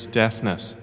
deafness